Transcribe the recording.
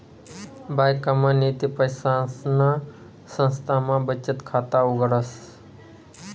ब्यांकमा नैते पैसासना संस्थामा बचत खाता उघाडतस